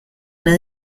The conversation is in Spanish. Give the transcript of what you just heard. una